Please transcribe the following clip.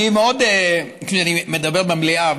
כשאני מדבר במליאה,